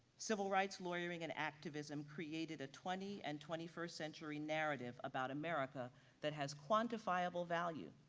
civil rights lawyering and activism created a twenty and twenty first century narrative about america that has quantifiable value.